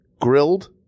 Grilled